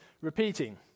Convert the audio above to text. repeating